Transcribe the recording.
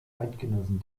eidgenossen